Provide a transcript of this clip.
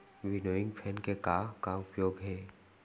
Winnowing fan के का का उपयोग हे?